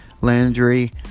Landry